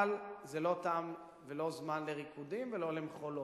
אבל זה לא טעם ולא זמן לריקודים ולא למחולות,